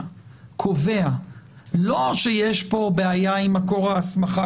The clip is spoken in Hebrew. קובע לא שיש פה בעיה עם מקור ההסמכה,